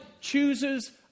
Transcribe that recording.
chooses